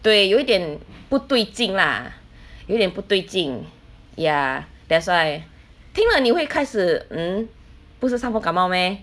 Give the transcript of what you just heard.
对有点不对劲有一点不对劲 ya that's why 听了你会开始 mm 不是伤风感冒 meh